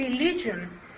religion